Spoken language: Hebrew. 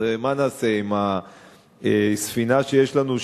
מה נעשה עם הספינה שיש לנו,